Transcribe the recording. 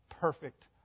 perfect